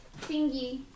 thingy